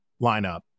lineup